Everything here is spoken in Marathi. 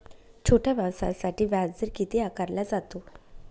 छोट्या व्यवसायासाठी व्याजदर किती आकारला जातो?